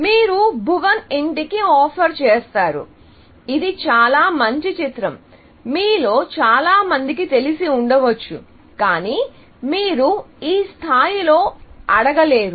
మీరు భువాన్ ఇంటికి ఆఫర్ చేస్తారు ఇది చాలా మంచి చిత్రం మీలో చాలామందికి తెలిసి ఉండవచ్చు కానీ మీరు ఈ స్థాయిలో అడగలేరు